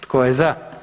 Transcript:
Tko je za?